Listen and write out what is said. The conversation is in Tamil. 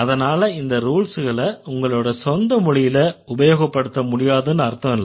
அதனால இந்த ரூல்ஸ்களை உங்களோட சொந்த மொழியில உபயோகப்படுத்த முடியாதுன்னு அர்த்தம் இல்லை